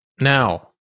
Now